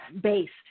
based